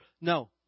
No